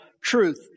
truth